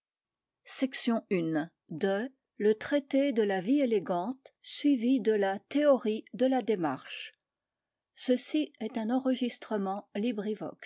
la théorie de la démarche traité de la vie élégante suivi de la théorie de la démarche table of contents pages